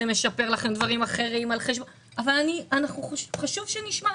זה משפר לכם דברים אחרים אבל חשוב שנשמע.